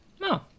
No